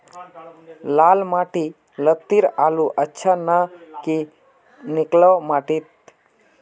लाल माटी लात्तिर आलूर अच्छा ना की निकलो माटी त?